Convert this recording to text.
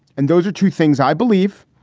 and those are two things, i believe.